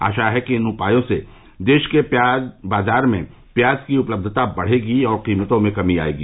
आशा है कि इन उपायों से देश के बाजार में प्याज की उपलब्धता बढ़ेगी और कीमतों में कमी आयेगी